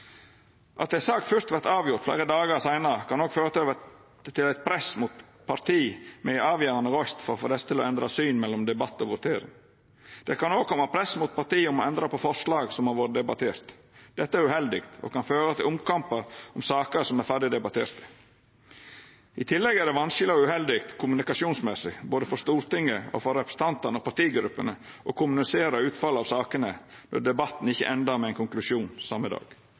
At ei sak fyrst vert avgjord fleire dagar seinare, kan òg føra til at det vert eit press mot parti med ei avgjerande røyst for å få desse til å endra syn mellom debatt og votering. Det kan òg koma press mot parti om å endra på forslag som har vore debatterte. Dette er uheldig og kan føra til omkampar om saker som er ferdig debatterte. I tillegg er det vanskeleg og uheldig kommunikasjonsmessig, både for Stortinget og for representantane og partigruppene, å kommunisera utfallet av sakene når debatten ikkje endar med ein konklusjon den same